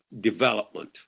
development